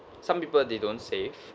some people they don't save